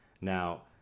Now